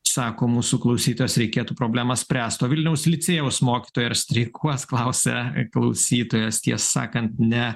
sako mūsų klausytojas reikėtų problemas spręst o vilniaus licėjaus mokytojai ar streikuos klausia klausytojas ties sakant ne